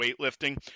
weightlifting